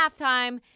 halftime